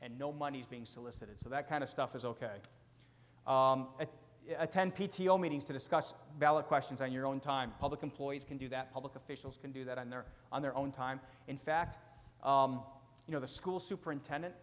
and no money is being solicited so that kind of stuff is ok at a ten p t o meetings to discuss ballot questions on your own time public employees can do that public officials can do that on their on their own time in fact you know the school superintendent